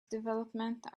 development